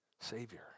Savior